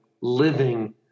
living